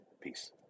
Peace